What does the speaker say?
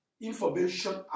information